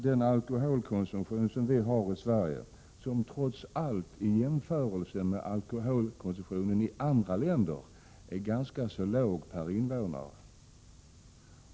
Den alkoholkonsumtion vi har i Sverige är trots allt i jämförelse med alkoholkonsumtionen i andra länder ganska låg per invånare.